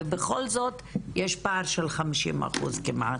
ובכל זאת יש פער של חמישים אחוז כמעט.